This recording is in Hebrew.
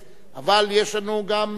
אבל יש לנו גם איזשהם אילוצים,